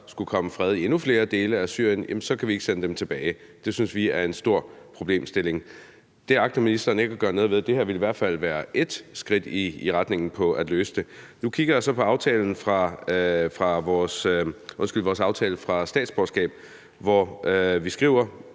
skulle komme fred i endnu flere dele af Syrien, kan vi ikke sende dem tilbage. Det synes vi er en stor problemstilling, og det agter ministeren ikke at gøre noget ved. Det her ville i hvert fald være ét skridt i retningen mod at løse det. Nu kigger jeg så på vores aftale om statsborgerskab, hvor vi skriver,